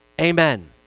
amen